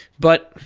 but.